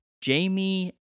Jamie